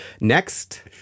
Next